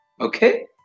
Okay